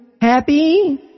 happy